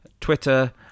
twitter